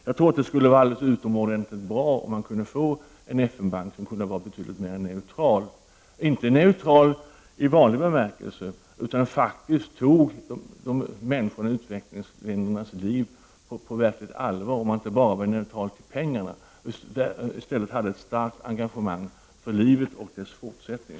Jag anser att det skulle vara utomordentligt bra om man kunde bilda en FN-bank som skulle kunna vara betydligt mer neutral, inte neutral i vanlig bemärkelse utan en bank som tog människorna i u-länderna och deras liv på verkligt allvar och som inte bara var neutral till pengarna utan i stället alltså hade ett starkt engagemang för livet och dess fortsättning.